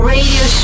Radio